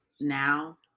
now